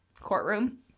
courtroom